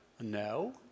No